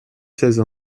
seize